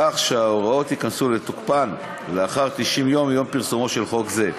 כך שההוראות ייכנסו לתוקפן לאחר 90 ימים מיום פרסומו של חוק זה.